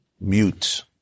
Mute